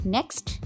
Next